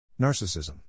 Narcissism